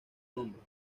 nombre